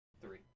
Three